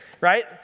right